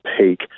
peak